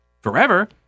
forever